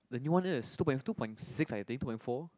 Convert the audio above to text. the new one is two point two point six I think two point four